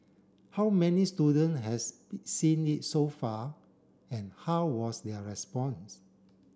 how many student has seen it so far and how was their response